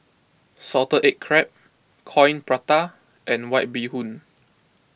Salted Egg Crab Coin Prata and White Bee Hoon